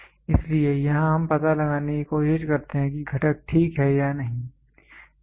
इसलिए यहां हम यह पता लगाने की कोशिश करते हैं कि घटक ठीक है या नहीं